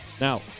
Now